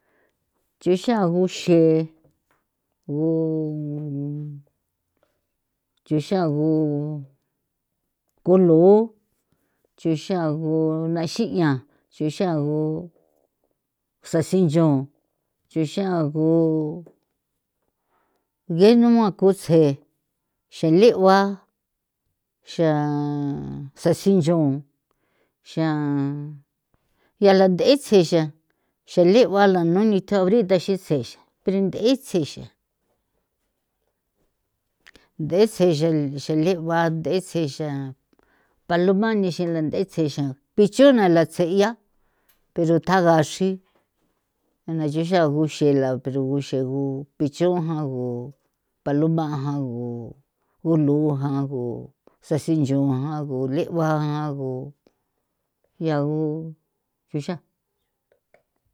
Nche xaguxe gu chexagu kulu'u chexagu naxi'ian nchexagu sasincho nchexagu nge nua ko tse xelegua, xan sasincho, xan giala nth'e se xan, xan leuala nu nitjao aorita xisexan pero ntri sexan nd'e sexan xan legua nd'e sexan paloma nexi la nthetse'e xan pichona la tse'ia pero tjaga xri ana nchexago xela pero uxegu pichon jan gu, paloma jan gu, gulu jan gu, sasincho jan gu, le'ua jan gu ya gu xuxan.